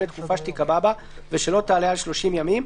לתקופה שתיקבע בה ושלא תעלה על 30 ימים,